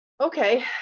okay